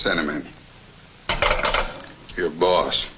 sentiment your boss